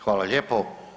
Hvala lijepo.